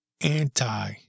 anti